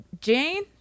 Jane